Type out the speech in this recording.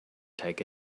take